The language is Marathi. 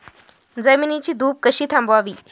जमिनीची धूप कशी थांबवावी?